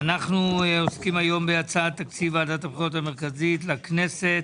על סדר-היום: הצעת תקציב ועדת הבחירות המרכזית לכנסת